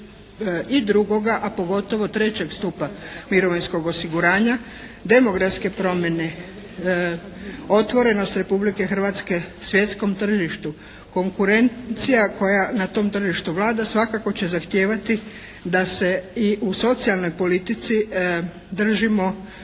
i drugoga, a pogotovo trećeg stupa mirovinskog osiguranja, demografske promjene, otvorenost Republike Hrvatske svjetskom tržištu, konkurencija koja na tom tržištu vlada svakako će zahtijevati da se i u socijalnoj politici držimo,